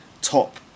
top